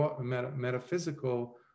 metaphysical